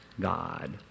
God